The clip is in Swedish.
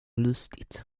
lustigt